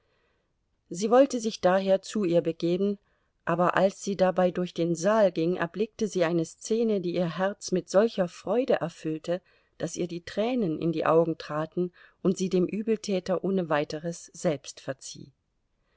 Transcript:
sie wollte sich daher zu ihr begeben aber als sie dabei durch den saal ging erblickte sie eine szene die ihr herz mit solcher freude erfüllte daß ihr die tränen in die augen traten und sie dem übeltäter ohne weiteres selbst verzieh